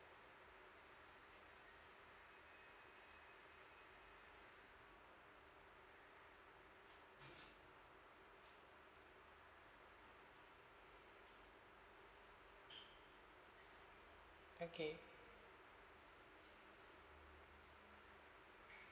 okay